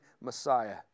Messiah